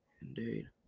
Indeed